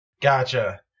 Gotcha